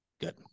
good